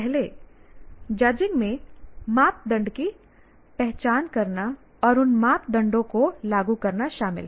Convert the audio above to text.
पहले जजिंग में मापदंड की पहचान करना और उन मानदंडों को लागू करना शामिल है